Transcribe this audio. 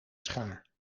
schaar